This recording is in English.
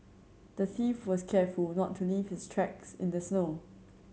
the thief was careful not to leave his tracks in the snow